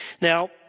Now